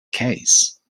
case